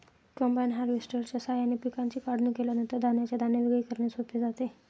combine हार्वेस्टरच्या साहाय्याने पिकांची काढणी केल्यानंतर धान्याचे दाणे वेगळे करणे सोपे जाते